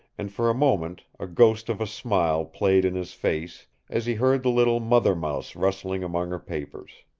and for a moment a ghost of a smile played in his face as he heard the little mother-mouse rustling among her papers.